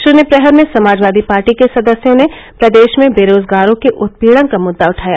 शुन्य प्रहर में समाजवादी पार्टी के सदस्यों ने प्रदेश में बेरोजगारों के उत्पीड़न का मुद्दा उठाया